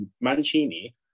Mancini